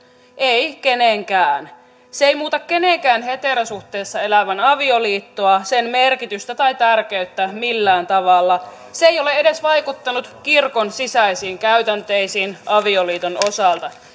ei kenenkään se ei muuta kenenkään heterosuhteessa elävän avioliittoa sen merkitystä tai tärkeyttä millään tavalla se ei ole edes vaikuttanut kirkon sisäisiin käytänteisiin avioliiton osalta